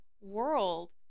world